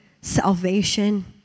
Salvation